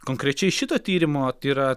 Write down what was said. konkrečiai šito tyrimo tai yra